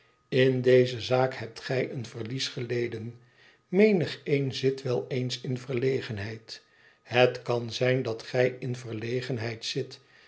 in deze zaak hebt gij een verlies geleden menigeen zit wel eens in verlegenheid het kan zijn dat gij in verlegenhetd zit